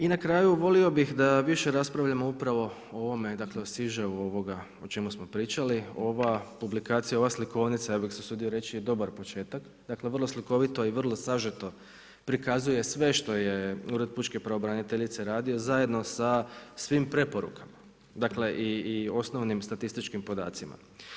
I na kraju, volio bih da više raspravljamo upravo o ovome … o čemu smo pričali ova publikacija, ova slikovnica ja bih se usudio reći je dobar početak, dakle vrlo slikovito i vrlo sažeto prikazuje sve što je Ured pučke pravobraniteljice radio zajedno sa svim preporukama, dakle i osnovnim statističkim podacima.